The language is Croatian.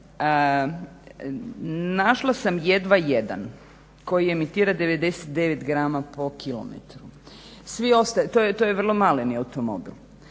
Našla sam jedva jedan koji emitira 99 g/km, to je vrlo maleni automobil.